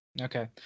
Okay